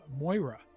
Moira